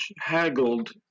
haggled